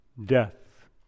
Death